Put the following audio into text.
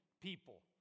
people